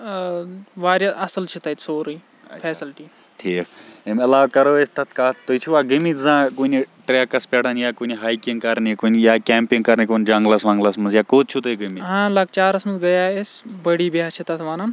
وارِیاہ اَصٕل چھِ تتہِ سورٕے فیسَلٹی ٹھیک امہِ عَلاوٕ کَرو أسۍ تَتھ کَتھ تُہۍ چھوا گٔمٕتۍ زَانٛہہ کنہِ ٹریکَس پؠٹھ یا کُنہِ ہایکِنگ کَرنہِ کُنہِ یا کیٚمپِنگ کَرنہِ کُنہِ جَنگلَس وَنگلَس منٛز یا کوٚت چھو تُہۍ گٔمٕتۍ آ لَکچٲرَس منٛز گٔیے أسۍ پڑی بِیا چھِ تَتھ ونان